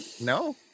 No